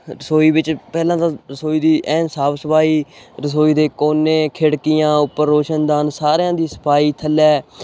ਰਸੋਈ ਵਿੱਚ ਪਹਿਲਾਂ ਤਾਂ ਰਸੋਈ ਦੀ ਐਨ ਸਾਫ ਸਫਾਈ ਰਸੋਈ ਦੇ ਕੋਨੇ ਖਿੜਕੀਆਂ ਉੱਪਰ ਰੋਸ਼ਨਦਾਨ ਸਾਰਿਆਂ ਦੀ ਸਫਾਈ ਥੱਲੇ